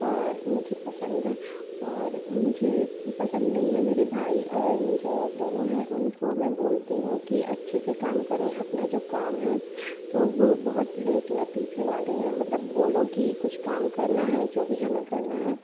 और मुझे पसंद है और मुझे ये पसंद नहीं हैं मेरे भाई और न जो दोनों हैं उनको मैं बोलती हूँ कि अच्छे से काम करें अपना जो काम है तो वो बहुत लेट लतीफ़ी वाले हैं मतलब बोलो कि कुछ काम करना है जो भी हमें करना हैं